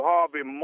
Harvey